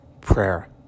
prayer